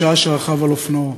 בשעה שרכב על אופנועו.